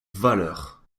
valeurs